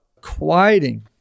quieting